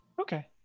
Okay